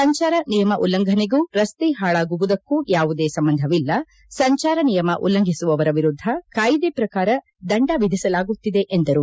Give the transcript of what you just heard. ಸಂಜಾರ ನಿಯಮ ಉಲ್ಲಂಘನೆಗೂ ರಸ್ತೆ ಪಾಳಾಗುವುದಕ್ಕೂ ಯಾವುದೇ ಸಂಬಂಧವಿಲ್ಲ ಸಂಚಾರ ನಿಯಮ ಉಲ್ಲಂಘಿಸುವವರ ವಿರುದ್ಧ ಕಾಯಿದೆ ಪ್ರಕಾರ ದಂಡ ವಿಧಿಸಲಾಗುತ್ತಿದೆ ಎಂದರು